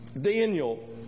Daniel